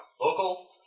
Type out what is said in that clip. Local